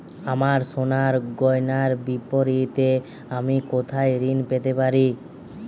আমার সোনার গয়নার বিপরীতে আমি কোথায় ঋণ পেতে পারি?